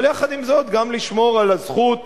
אבל יחד עם זאת גם לשמור על הזכות